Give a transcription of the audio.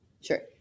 Sure